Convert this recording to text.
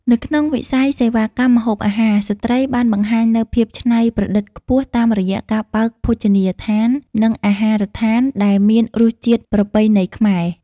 នៅក្នុងវិស័យសេវាកម្មម្ហូបអាហារ ស្ត្រីបានបង្ហាញនូវភាពច្នៃប្រឌិតខ្ពស់តាមរយៈការបើកភោជនីយដ្ឋាន និងអាហារដ្ឋានដែលមានរសជាតិប្រពៃណីខ្មែរ។